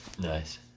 Nice